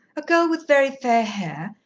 a girl with very fair hair?